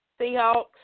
Seahawks